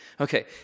Okay